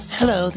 Hello